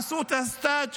עשו סטאז',